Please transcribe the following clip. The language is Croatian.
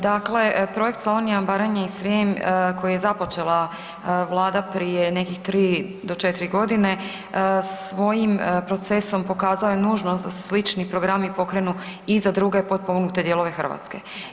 Dakle, projekt Slavonija, Baranja i Srijem koji je započela Vlada prije nekih 3 do 4 godine svojim procesom pokazao je nužnost da se slični programi pokrenu i za druge potpomognute dijelove Hrvatske.